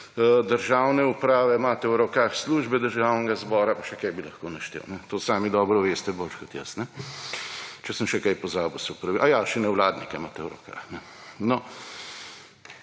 državne uprave, imate v rokah službe Državnega zbora, pa še kaj bi lahko naštel. To sami dobro veste, bolje kot jaz. Če sem še kaj pozabil … Aja, še nevladnike imate v rokah. In